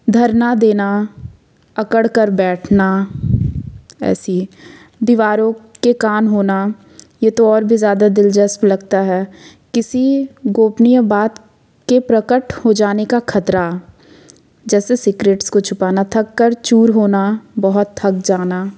धरना देना अकड़ कर बैठना ऐसी दीवारों के कान होना ये तो और भी ज़्यादा दिलचस्प लगता है किसी गोपनीय बात के प्रकट हो जाने का खतरा जैसे सीक्रेट्स को छुपाना थककर चूर होना बहुत थक जाना